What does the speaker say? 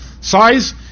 size